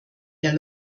der